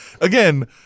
Again